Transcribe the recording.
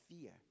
fear